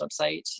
website